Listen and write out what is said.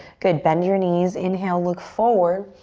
good, bend your knees. inhale, look forward.